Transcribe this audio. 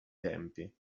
tempi